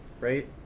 right